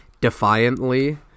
defiantly